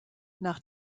nach